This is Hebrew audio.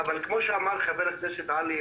אבל כמו שאמר חבר הכנסת עלי,